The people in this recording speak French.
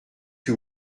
que